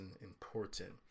important